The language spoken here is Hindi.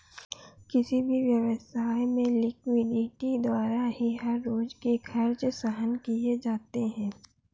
किसी भी व्यवसाय में लिक्विडिटी द्वारा ही हर रोज के खर्च सहन किए जाते हैं